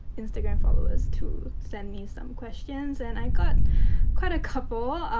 instagram followers to send me some questions and i got quite a couple.